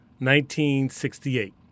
1968